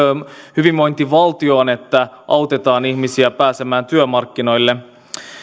hyvinvointivaltioon että autetaan ihmisiä pääsemään työmarkkinoille